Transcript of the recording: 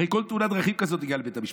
הרי כל תאונת דרכים כזאת מגיעה לבית המשפט.